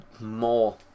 More